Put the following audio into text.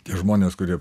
tie žmonės kurie